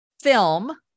film